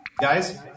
Guys